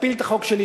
תפילו את החוק שלי,